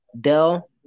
Dell